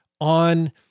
on